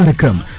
and come